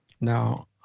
Now